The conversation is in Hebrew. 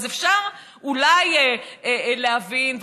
אז אפשר אולי להבין,